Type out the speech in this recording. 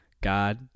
God